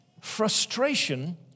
frustration